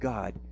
God